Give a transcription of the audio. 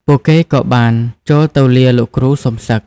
ពួកគេក៏បានចូលទៅលាលោកគ្រូសុំសឹក។